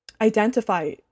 identify